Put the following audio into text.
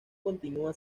continúa